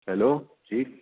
hello جی